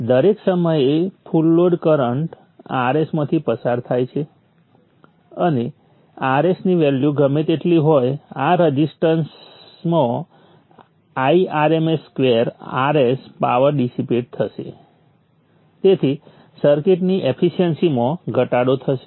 દરેક સમયે full load current Rs માંથી પસાર થાય છે અને Rs ની વેલ્યુ ગમે તેટલી હોય આ રઝિસ્ટરમાં Irms2Rs પાવર ડિસીપેટ થશે તેથી સર્કિટની એફિશન્સીમાં ઘટાડો થશે